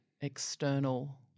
external